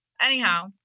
anyhow